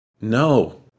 No